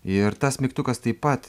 ir tas mygtukas taip pat